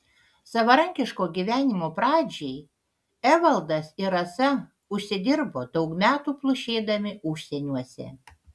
savarankiško gyvenimo pradžiai evaldas ir rasa užsidirbo daug metų plušėdami užsieniuose